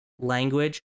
language